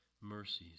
mercies